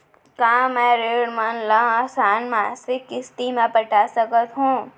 का मैं ऋण मन ल आसान मासिक किस्ती म पटा सकत हो?